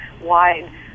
wide